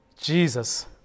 Jesus